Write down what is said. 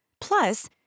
Plus